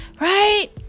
Right